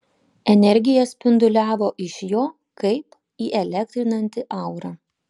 energija spinduliavo iš jo kaip įelektrinanti aura